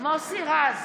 מוסי רז,